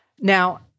Now